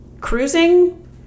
Cruising